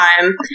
time